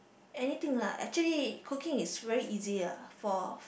anything lah actually cooking is very easy lah for